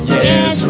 Yes